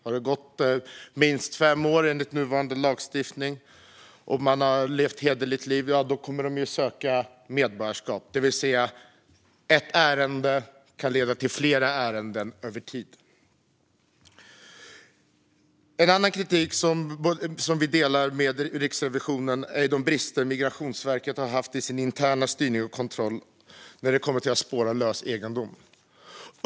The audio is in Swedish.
Har det gått minst fem år enligt nuvarande lagstiftning och man har levt ett hederligt liv kommer personen att söka medborgarskap. Ett ärende kan alltså leda till flera ärenden över tid. En annan kritik som vi delar med Riksrevisionen handlar om de brister Migrationsverket haft i sin interna styrning och kontroll när det gäller att spåra lös egendom.